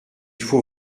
faut